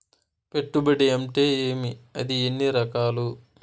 పెట్టుబడి అంటే ఏమి అది ఎన్ని రకాలు